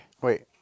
wait